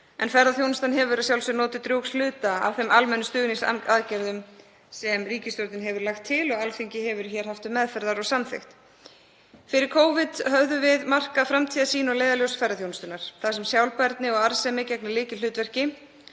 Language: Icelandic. en ferðaþjónustan hefur að sjálfsögðu notið drjúgs hluta af almennum stuðningsaðgerðum sem ríkisstjórnin hefur lagt til og Alþingi hefur haft til meðferðar og samþykkt. Fyrir Covid höfðum við markað framtíðarsýn og leiðarljós ferðaþjónustunnar þar sem sjálfbærni og arðsemi gegna lykilhlutverki